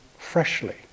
Freshly